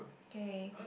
K